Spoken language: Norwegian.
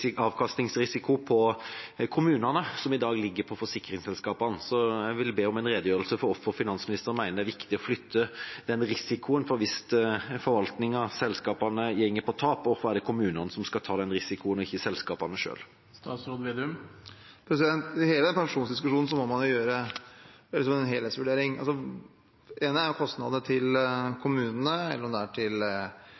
som i dag ligger på forsikringsselskapene, over på kommunene. Jeg vil be om en redegjørelse for hvorfor finansministeren mener det er viktig å flytte den risikoen, for hvis forvaltningen, selskapene, går på tap, hvorfor er det kommunene som skal ta den risikoen og ikke selskapene selv? I hele den pensjonsdiskusjonen må man gjøre en helhetsvurdering. Det ene er kostnadene til